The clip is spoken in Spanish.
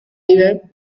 river